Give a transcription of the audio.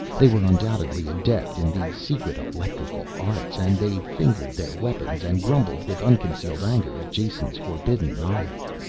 they were undoubtedly adept in the secret electrical arts and they fingered their weapons and grumbled with unconcealed anger at jason's forbidden knowledge.